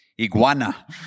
iguana